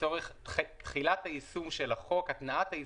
לצורך תחילת היישום של החוק,